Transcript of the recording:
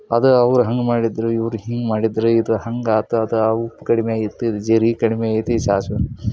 ಅದು ಅವ್ರು ಹಂಗೆ ಮಾಡಿದರು ಇವ್ರು ಹಿಂಗೆ ಮಾಡಿದರು ಇದು ಹಂಗಾತು ಅದು ಉಪ್ಪು ಕಡಿಮೆ ಆಗಿತ್ತು ಇದು ಜೀರ್ಗೆ ಕಡಿಮೆ ಆಗಿತ್ತು ಇದು ಸಾಸಿವೆ